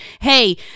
hey